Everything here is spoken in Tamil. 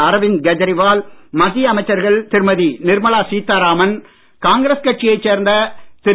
அரவிந்த் கேஜரிவால் மத்திய அமைச்சர்கள் திருமதி நிர்மலா சீதாராமன் காங்கிரஸ் கட்சியைச் சேர்ந்த் திரு